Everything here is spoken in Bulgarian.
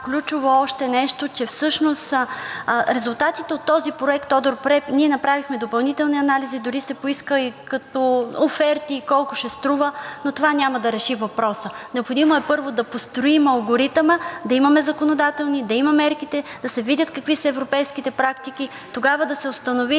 Ключово още нещо, че всъщност резултатите от този проект – ние направихме допълнителни анализи, дори се поиска като оферти и колко ще струва, но това няма да реши въпроса. Необходимо е, първо, да построим алгоритъма, да имаме законодателни, да има мерки, да се видят какви са европейските практики и тогава да се установи